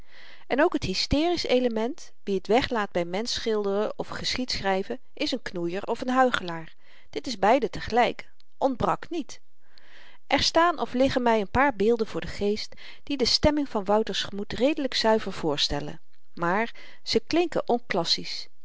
en ook t hysterisch element wie t weglaat by menschschilderen of geschiedschryven is n knoeier of n huichelaar d i beide tegelyk ontbrak niet er staan of liggen my n paar beelden voor den geest die de stemming van wouter's gemoed redelyk zuiver voorstellen maar ze klinken